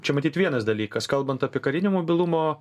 čia matyt vienas dalykas kalbant apie karinio mobilumo